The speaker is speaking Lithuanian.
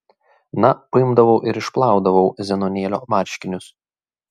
na paimdavau ir išplaudavau zenonėlio marškinius